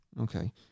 Okay